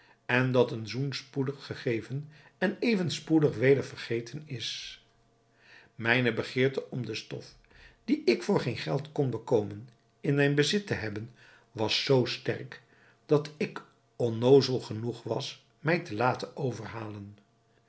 en dat een zoen spoedig gegeven en even spoedig weder vergeten is mijne begeerte om de stof die ik voor geen geld kon bekomen in mijn bezit te hebben was zoo sterk dat ik onnoozel genoeg was mij te laten overhalen